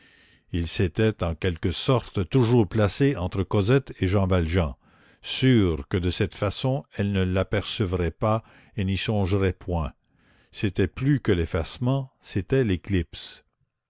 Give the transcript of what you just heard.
il s'était en quelque sorte toujours placé entre cosette et jean valjean sûr que de cette façon elle ne l'apercevrait pas et n'y songerait point c'était plus que l'effacement c'était l'éclipse